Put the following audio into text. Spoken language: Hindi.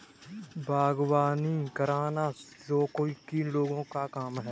बागवानी करना शौकीन लोगों का काम है